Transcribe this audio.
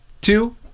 Two